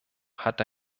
hat